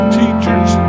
teachers